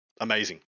Amazing